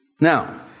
now